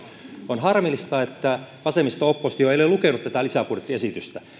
on harmillista että vasemmisto oppositio ei ole lukenut tätä lisäbudjettiesitystä